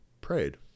prayed